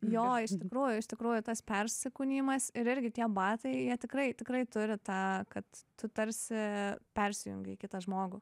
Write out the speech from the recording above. jo iš tikrųjų iš tikrųjų tas persikūnijimas ir irgi tie batai jie tikrai tikrai turi tą kad tu tarsi persijungi į kitą žmogų